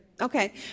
Okay